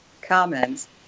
comments